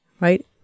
right